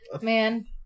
man